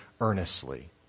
earnestly